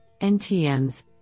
NTMs